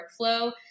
workflow